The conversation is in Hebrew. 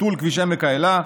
ביטול כביש עמק האלה,